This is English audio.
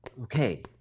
Okay